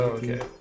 okay